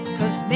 Cause